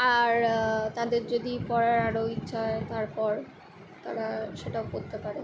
আর তাদের যদি পড়ার আরও ইচ্ছা তারপর তারা সেটাও করতে পারে